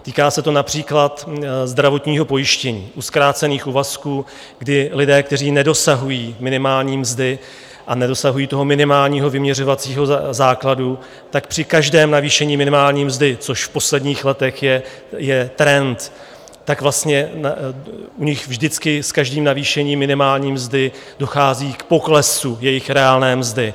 Týká se to například zdravotního pojištění u zkrácených úvazků, kdy lidé, kteří nedosahují minimální mzdy a nedosahují toho minimálního vyměřovacího základu, tak při každém navýšení minimální mzdy, což v posledních letech je trend, tak vlastně u nich vždycky s každým navýšením minimální mzdy dochází k poklesu jejich reálné mzdy.